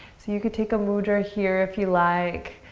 so you could take a mudra here if you like.